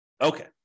Okay